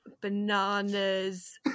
bananas